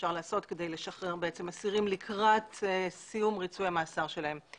שאפשר לעשות כדי לשחרר אסירים לקראת סיום ריצוי המאסר שלהם.